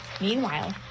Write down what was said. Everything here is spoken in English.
Meanwhile